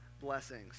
blessings